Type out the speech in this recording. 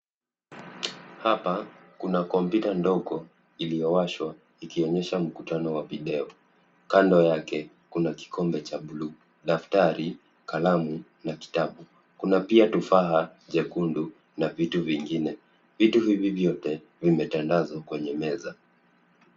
Hapa kuna kompyuta ndogo iliyowashwa ikionyesha mkutano wa video. Kando yake kuna kikombe cha buluu, daftari, kalamu , na kitabu. Kuna pia tufaha jekundu na vitu vingine . Vitu hivi vyote vimetandazwa kwenye meza.